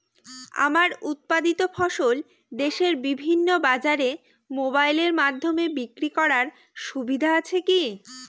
আমার উৎপাদিত ফসল দেশের বিভিন্ন বাজারে মোবাইলের মাধ্যমে বিক্রি করার সুবিধা আছে কি?